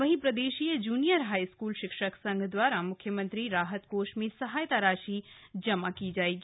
वहीं प्रदेशीय junior high school शिक्षक संघ द्वारा म्ख्यमंत्री राहत कोष में सहायता राशि जमा की जाएगी